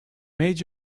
made